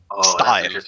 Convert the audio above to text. style